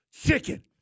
chicken